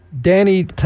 Danny